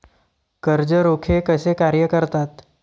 कर्ज रोखे कसे कार्य करतात?